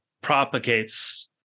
propagates